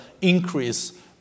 increase